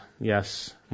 Yes